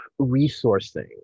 resourcing